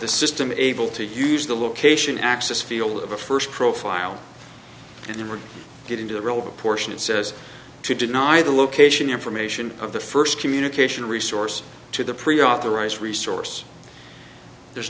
the system able to use the location access field of a first profile and we're getting to the relevant portion it says to deny the location information of the first communication resource to the pre authorized resource there's